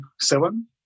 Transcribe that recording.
seven